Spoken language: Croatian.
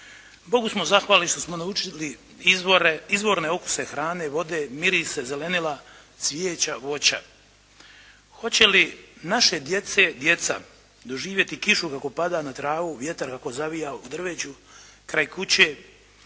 Bogu smo zahvali što smo naučili izvorne okuse hrane, vode, mirisa i zelenila, cvijeća, voća. Hoće li naše djece djeca doživjeti kišu kako pada na travu, vjetar kako zavija u drveću kraj kuće,